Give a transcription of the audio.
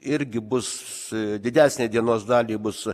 irgi bus didesnę dienos dalį bus